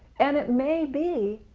and it may be,